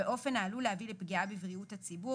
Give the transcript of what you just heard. באופן העלול להביא לפגיעה בבריאות הציבור